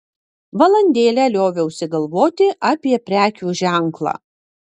valandėlę lioviausi galvoti apie prekių ženklą